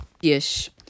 yes